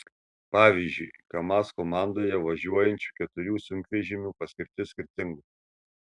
pavyzdžiui kamaz komandoje važiuojančių keturių sunkvežimių paskirtis skirtinga